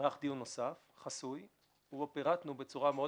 נערך דיון נוסף חסוי ובו פירטנו בפני יושב-ראש הוועדה,